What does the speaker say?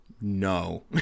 No